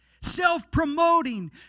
self-promoting